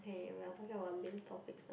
eh we are talking about new topics now